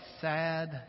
sad